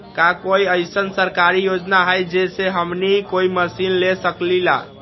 का कोई अइसन सरकारी योजना है जै से हमनी कोई मशीन ले सकीं ला?